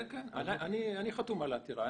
כן, כן, אני חתום על העתירה.